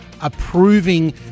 approving